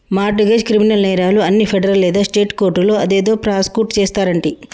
mart గెజ్, criminal నేరాలు అన్ని ఫెడరల్ లేదా స్టేట్ కోర్టులో అదేదో ప్రాసుకుట్ చేస్తారంటి